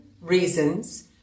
reasons